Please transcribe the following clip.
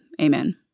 amen